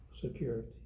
security